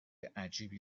عجیبی